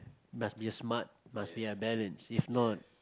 must be a smart must be a balance if not